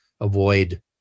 avoid